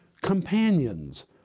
companions